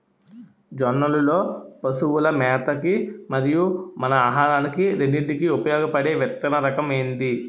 జొన్నలు లో పశువుల మేత కి మరియు మన ఆహారానికి రెండింటికి ఉపయోగపడే విత్తన రకం ఏది?